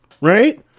right